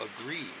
agree